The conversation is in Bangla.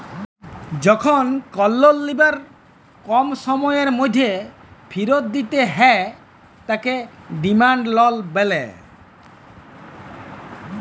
যখল কল লল লিয়ার কম সময়ের ম্যধে ফিরত দিতে হ্যয় তাকে ডিমাল্ড লল ব্যলে